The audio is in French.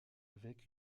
avec